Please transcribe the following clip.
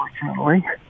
unfortunately